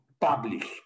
publish